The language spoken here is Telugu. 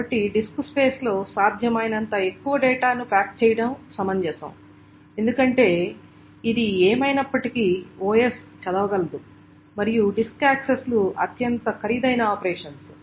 కాబట్టి డిస్క్ స్పేస్లో సాధ్యమైనంత ఎక్కువ డేటాను ప్యాక్ చేయడం సమంజసం ఎందుకంటే ఇది ఏమైనప్పటికీ OS చదవగలదు మరియు డిస్క్ యాక్సెస్లు అత్యంత ఖరీదైన ఆపరేషన్స్